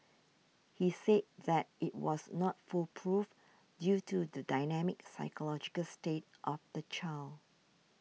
he said that it was not foolproof due to the dynamic psychological state of the child